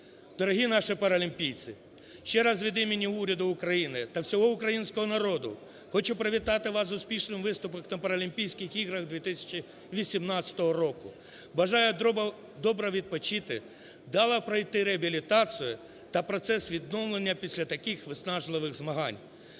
Дорогі наші паралімпійці, ще раз від імені Уряду України та всього українського народу хочу привітати вас з успішним виступом на Паралімпійських іграх 2018 року. Бажаю добре відпочити, вдало пройти реабілітацію та процес відновлення після таких виснажливих змагань.